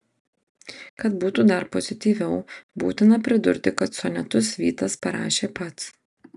kad būtų dar pozityviau būtina pridurti kad sonetus vytas parašė pats